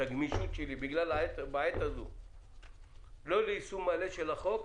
את הגמישות שלי בעת הזו לא ביישום מלא של החוק,